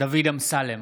דוד אמסלם,